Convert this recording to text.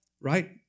right